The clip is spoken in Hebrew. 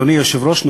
אדוני היושב-ראש,